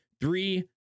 Three